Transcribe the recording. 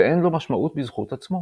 ואין לו משמעות בזכות עצמו.